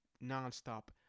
non-stop